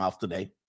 today